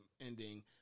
ending